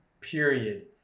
period